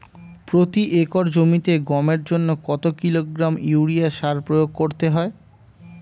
প্রতি একর জমিতে গমের জন্য কত কিলোগ্রাম ইউরিয়া সার প্রয়োগ করতে হয়?